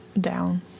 down